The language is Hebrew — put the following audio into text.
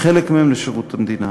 חלק מהם בשירות המדינה.